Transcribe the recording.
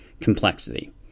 complexity